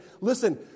listen